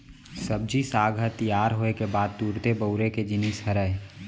सब्जी साग ह तियार होए के बाद तुरते बउरे के जिनिस हरय